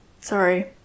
sorry